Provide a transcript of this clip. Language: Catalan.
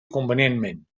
convenientment